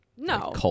no